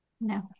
No